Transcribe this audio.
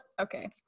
Okay